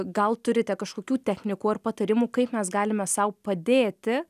gal turite kažkokių technikų ar patarimų kaip mes galime sau padėti